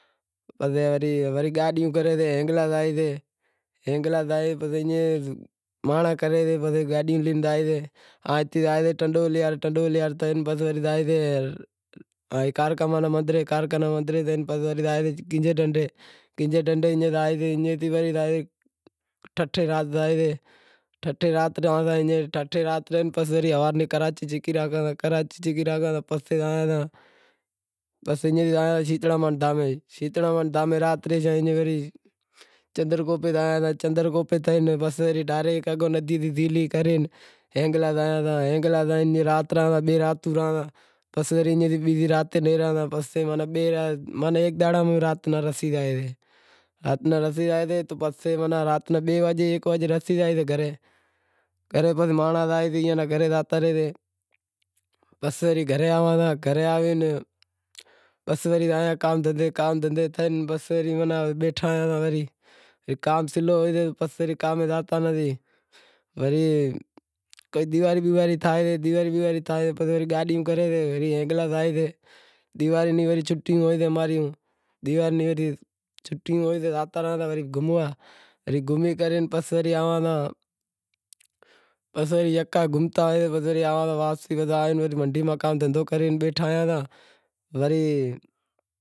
پسے وڑے گاڈیوں کرے ہنگلاز زائیساں ہنگلاز زائیسے پسے ایئں مانڑاں کری گاڈیوں لئی زائیسیں ٹنڈو الہیار، پسے زائیسیں کارکا رے مندرے، کاڑکا رے مندرے، پسے وڑے زائیسے کینجھر ڈھنڈ۔ کینجھر ڈھینڈہ ایئں وڑی زائیسیں ٹھٹھے رات زائیسیں، ٹھٹھے رات رہئ پسے وڑے کراچی چھکی راکھاں، پسے زائاں شیتڑاں رے دھامیں، شیتڑاں رے دہامیں رات رہیشاں وری چندر کوپ زائشاں، چندر کوپ ماں تھئی پسے ڈاریک اگھور ندی تیں زیلہے کرے ہنگلاز زایاساں ہنگلاج زائے رات رہاں تا بئے راتوں رہاں تا پسے ایئں تھی بیزی رات بھی رہاں تا پسے ماناں ایک دہاڑاں رات ما رسی زائے، رات ناں رسی زائے ماناں رات ناں ایک وجے بئے وجے رسی زائے گھرے، پسے مانڑاں گھرے زاتا رہاسیں پسے وڑے گھرے آواں تا ۔ گھرے آوے پسے وڑی زاں کام دہندہے، کام دہندے تھی پسے بیٹھا آں کام سلو ہوئیسے تو پسے وڑی کام میں زاوتا نتھی، پسے وڑے دیوالی بیوالی تھئے تو گاڈیوں کرے وڑے ہنگلاز زائیسیں، دیواری روں وڑے چھوٹیوں ہوئیسیں، چوٹیوں تو زاوتا رہاں وڑے گھوموا، گھومے کرے پسے وڑے آواں تا پسے یکا گھومتا پسے وڑی آوان تا واپسی کام دہندہو کرے بیٹھا آں وری